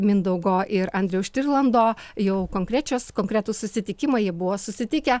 mindaugo ir andriaus štirlando jau konkrečios konkretūs susitikimai jie buvo susitikę